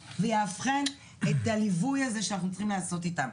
ויאבחן את הליווי הזה שאנחנו צריכים לעשות איתם.